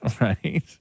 right